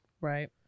Right